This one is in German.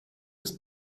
ist